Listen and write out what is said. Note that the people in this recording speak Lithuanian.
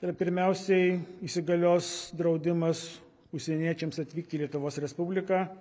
ir pirmiausiai įsigalios draudimas užsieniečiams atvykti į lietuvos respubliką